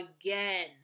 again